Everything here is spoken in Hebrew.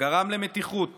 גרם למתיחות